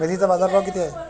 मेथीचा बाजारभाव किती आहे?